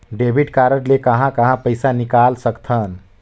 Debit card ले कहां कहां पइसा निकाल सकथन?